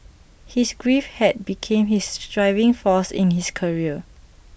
his grief had became his driving force in his career